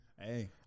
Hey